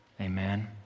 Amen